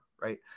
right